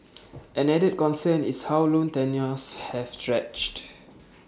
an added concern is how loan tenures have stretched